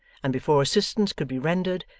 and before assistance could be rendered,